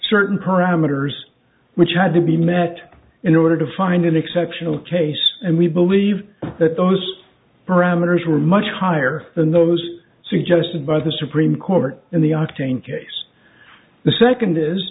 certain parameters which had to be met in order to find an exceptional case and we believe that those parameters were much higher than those suggested by the supreme court in the octane case the second is